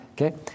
Okay